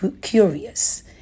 curious